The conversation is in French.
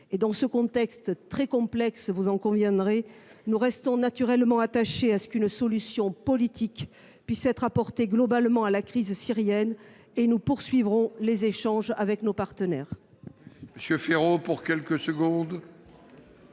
qu'il est très complexe, nous restons naturellement attachés à ce qu'une solution politique puisse être apportée globalement à la crise syrienne et nous poursuivrons les échanges avec nos partenaires.